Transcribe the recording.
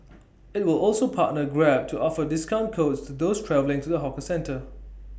IT will also partner grab to offer discount codes to those travelling to the hawker centre